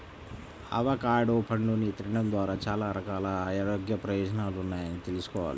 avocado పండుని తినడం ద్వారా చాలా రకాల ఆరోగ్య ప్రయోజనాలున్నాయని తెల్సుకోవాలి